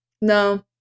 No